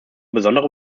besonderer